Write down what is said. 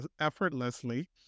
effortlessly